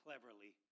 Cleverly